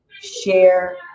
share